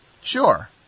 Sure